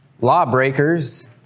Lawbreakers